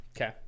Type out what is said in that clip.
Okay